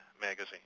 magazine